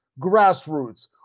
grassroots